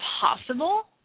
possible